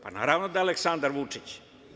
Pa, naravno da je Aleksandar Vučić.